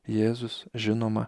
jėzus žinoma